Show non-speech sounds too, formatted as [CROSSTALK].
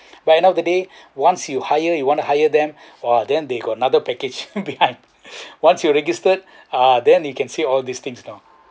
but end up the day once you hire you want to hire them !wah! then they got another package [LAUGHS] behind once you registered ah then you can see all these things you know